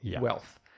wealth